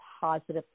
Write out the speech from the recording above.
positive